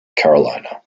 carolina